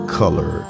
color